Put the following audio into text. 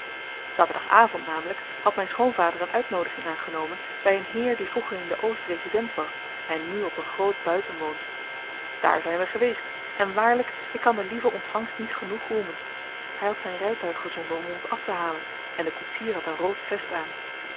saturdag avend namelyk had myn schoonvader een uitnoodiging aangenomen by een heer die vroeger in den oost resident was en nu op een groot buiten woont dààr zyn we geweest en waarlyk ik kan de lieve ontvangst niet genoeg roemen hy had zyn rytuig gezonden om ons aftehalen en de koetsier had een rood vest aan